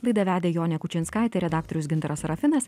laidą vedė jonė kučinskaitė redaktorius gintaras sarafinas